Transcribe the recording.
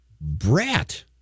brat